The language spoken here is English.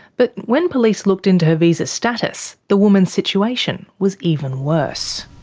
but when police looked into her visa status, the woman's situation was even worse.